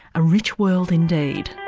a rich world indeed.